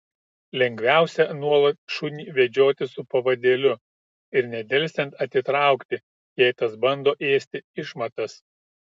lengviausia nuolat šunį vedžioti su pavadėliu ir nedelsiant atitraukti jei tas bando ėsti išmatas